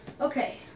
Okay